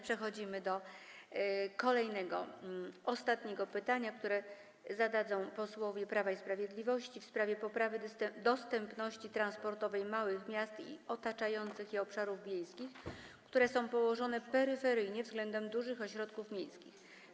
Przechodzimy do kolejnego, ostatniego pytania, które zadadzą posłowie Prawa i Sprawiedliwości, w sprawie poprawy dostępności transportowej małych miast i otaczających je obszarów wiejskich, które są położone peryferyjnie względem dużych ośrodków miejskich.